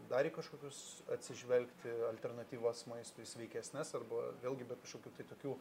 dar į kažkokius atsižvelgti alternatyvas maistui sveikesnes arba vėlgi be kažkokių tai tokių